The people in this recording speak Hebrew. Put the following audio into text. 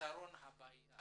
מהפתרון של הבעיה.